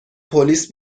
پلیس